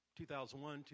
2001